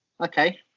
Okay